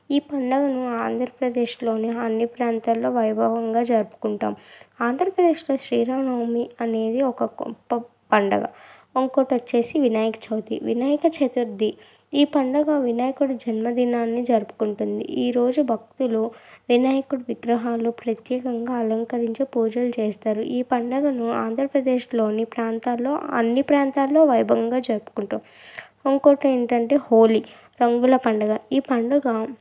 ఈ పండుగను ఆంధ్రప్రదేశ్లోని అన్ని ప్రాంతాల్లో వైభవంగా జరుపుకుంటాం ఆంధ్రప్రదేశ్లో శ్రీరామనవమి అనేది ఒక గొప్ప పండుగ ఇంకొకటి వచ్చేసి వినాయక చవితి వినాయక చతుర్థి ఈ పండుగ వినాయకుని జన్మదినాన్ని జరుపుకుంటుంది ఈరోజు భక్తులు వినాయకుడు విగ్రహాలు ప్రత్యేకంగా అలంకరించి పూజలు చేస్తారు ఈ పండుగను ఆంధ్రప్రదేశ్లోని ప్రాంతాల్లో అన్ని ప్రాంతాల్లో వైభవంగా జరుపుకుంటాం ఇంకొకటి ఏంటంటే హోలీ రంగుల పండుగ ఈ పండుగ